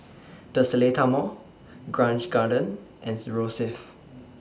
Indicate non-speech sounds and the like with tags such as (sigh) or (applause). The Seletar Mall Grange Garden and (noise) Rosyth